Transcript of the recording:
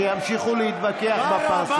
שימשיכו להתווכח בחוץ.